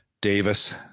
Davis